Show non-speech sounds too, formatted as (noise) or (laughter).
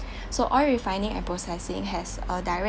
(breath) so oil refining and processing has a direct